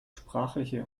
sprachliche